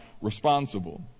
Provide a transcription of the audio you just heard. responsible